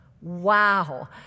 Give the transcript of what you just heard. Wow